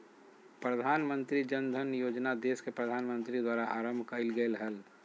प्रधानमंत्री जन धन योजना देश के प्रधानमंत्री के द्वारा आरंभ कइल गेलय हल